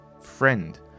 friend